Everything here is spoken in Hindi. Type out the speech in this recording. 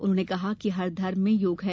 उन्होंने कहा कि हर धर्म में योग है